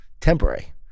temporary